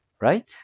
Right